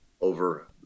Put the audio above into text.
over